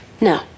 No